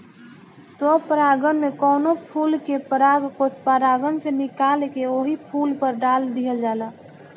स्व परागण में कवनो फूल के परागकोष परागण से निकाल के ओही फूल पर डाल दिहल जाला